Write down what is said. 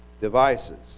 devices